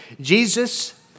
Jesus